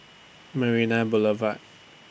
Marina Boulevard